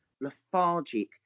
lethargic